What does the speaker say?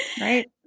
right